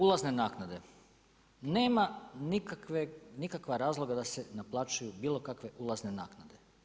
Ulazne naknade, nema nikakvog razloga da se naplaćuju bilokakve ulazne naknade.